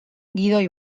gidoi